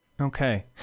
Okay